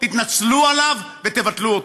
תתנצלו עליו ותבטלו אותו.